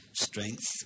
strength